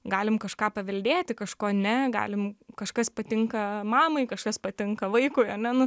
galim kažką paveldėti kažko ne galim kažkas patinka mamai kažkas patinka vaikui ane nu